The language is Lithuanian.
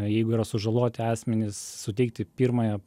jeigu yra sužaloti asmenys suteikti pirmąją